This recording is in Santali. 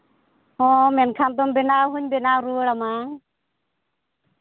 ᱦᱚᱸ ᱢᱮᱱᱠᱷᱟᱱ ᱫᱚ ᱵᱮᱱᱟᱣ ᱦᱚᱸᱧ ᱵᱮᱱᱟᱣ ᱨᱩᱣᱟᱹᱲ ᱟᱢᱟ